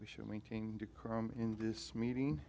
we should maintain decorum in this meeting